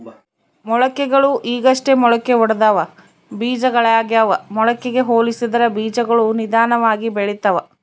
ಮೊಳಕೆಗಳು ಈಗಷ್ಟೇ ಮೊಳಕೆಯೊಡೆದ ಬೀಜಗಳಾಗ್ಯಾವ ಮೊಳಕೆಗೆ ಹೋಲಿಸಿದರ ಬೀಜಗಳು ನಿಧಾನವಾಗಿ ಬೆಳಿತವ